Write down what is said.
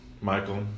Michael